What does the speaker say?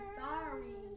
sorry